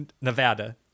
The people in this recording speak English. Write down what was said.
Nevada